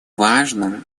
важным